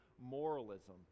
moralism